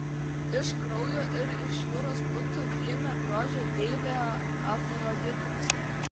iš kraujo ir iš jūros putų gimė grožio deivė afroditė